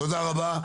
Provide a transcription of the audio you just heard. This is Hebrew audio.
תודה רבה.